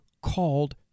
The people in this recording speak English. called